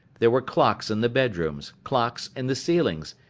there were clocks in the bedrooms, clocks in the ceilings,